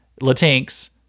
Latinx